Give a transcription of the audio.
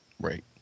right